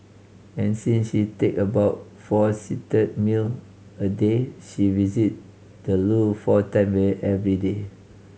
and since she take about four seated meal a day she visit the loo four time every day